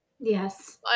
Yes